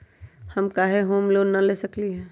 हम काहे home loan न ले सकली ह?